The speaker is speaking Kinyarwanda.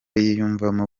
yiyumvamo